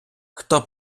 хто